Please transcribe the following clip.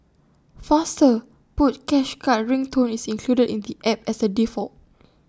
faster put cash card ring tone is included in the app as A default